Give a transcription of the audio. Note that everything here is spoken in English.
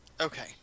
Okay